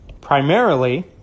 primarily